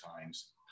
times